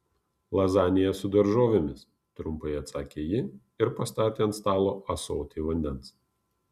lazanija su daržovėmis trumpai atsakė ji ir pastatė ant stalo ąsotį vandens